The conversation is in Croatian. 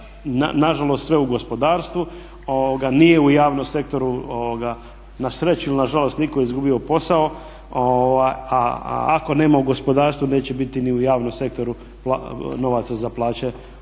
nažalost sve u gospodarstvu, nije u javnom sektoru na sreću ili nažalost nitko izgubio posao, a ako nema u gospodarstvu neće biti ni u javnom sektoru novaca za plaće